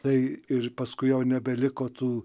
tai ir paskui jau nebeliko tų